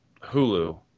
Hulu